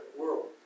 world